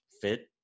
fit